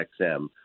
XM